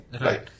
Right